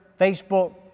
Facebook